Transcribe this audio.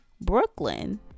Brooklyn